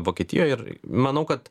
vokietijoj ir manau kad